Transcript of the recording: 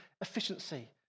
efficiency